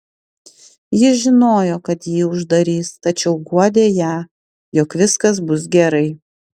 jis žinojo kad jį uždarys tačiau guodė ją jog viskas bus gerai